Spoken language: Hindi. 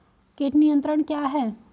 कीट नियंत्रण क्या है?